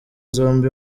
zombi